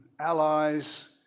allies